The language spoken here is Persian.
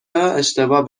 اشتباه